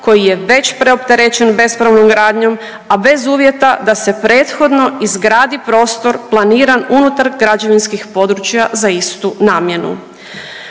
koji je već preopterećen bespravnom gradnjom, a bez uvjeta da se prethodno izgradi prostor planiran unutar građevinskih područja za istu namjenu.